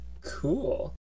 cool